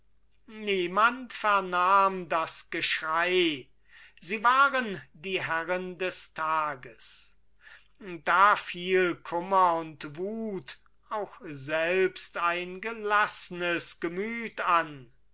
niemand vernahm das geschrei sie waren die herren des tages da fiel kummer und wut auch selbst ein gelaßnes gemüt an